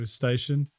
station